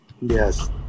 Yes